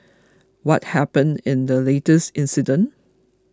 what happened in the latest incident